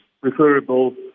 preferable